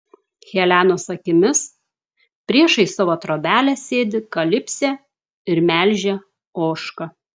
helenos akimis priešais savo trobelę sėdi kalipsė ir melžia ožką